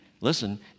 listen